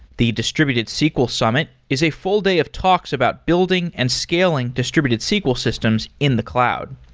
the distributed sql summit is a full day of talks about building and scaling distributed sql systems in the cloud.